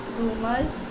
rumors